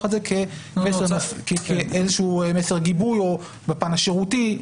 את זה כאיזה שהוא מסר גיבוי או בפן השירותי.